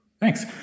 Thanks